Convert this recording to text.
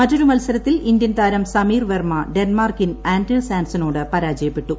മറ്റൊരു മത്സരത്തിൽ ഇന്ത്യൻ താരം സമീർ വെർമ ഡെൻമാർക്കിൻ ആന്റേഴ്സ് ആൻസനോട് പരാജയപ്പെട്ടു